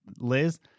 Liz